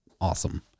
awesome